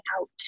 out